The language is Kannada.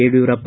ಯಡಿಯೂರಪ್ಪ